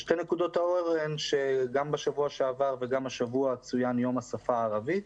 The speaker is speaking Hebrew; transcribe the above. שתי נקודות האור הן שבשבוע שעבר וגם השבוע צוין יום השפה הערבית,